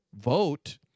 Vote